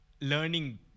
Learning